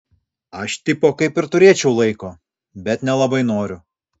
aš tipo kaip ir turėčiau laiko bet nelabai noriu